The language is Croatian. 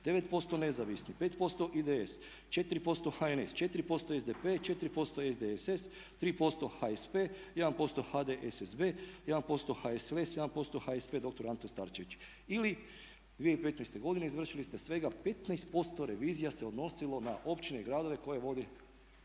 9% nezavisni, 5% IDS, 4% HNS, 4% SDP, 4% SDSS, 3% HSP, 1% HDSSB, 1% HSLS, 1% HSP dr. Ante Starčević. Ili 2015. godine izvršili ste svega 15% revizija se odnosilo na općine i gradove koje vode